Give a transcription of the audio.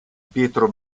pietro